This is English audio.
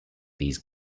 these